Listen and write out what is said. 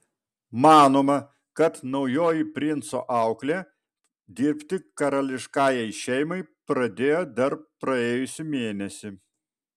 manoma kad naujoji princo auklė dirbti karališkajai šeimai pradėjo dar praėjusį mėnesį